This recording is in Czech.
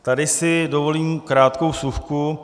Tady si dovolím krátkou vsuvku.